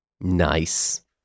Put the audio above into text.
Nice